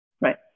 Right